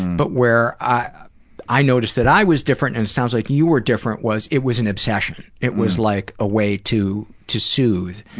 but where i i noticed that i was different, and it sounds like you were different was, it was an obsession. it was like a way to to soothe.